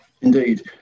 Indeed